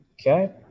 Okay